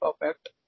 perfect